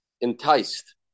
enticed